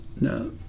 no